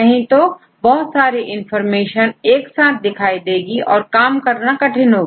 नहीं तो बहुत सारी इनफार्मेशन एक साथ दिखाई देंगी और काम करना कठिन होगा